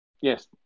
Yes